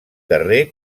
carrer